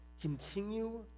Continue